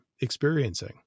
experiencing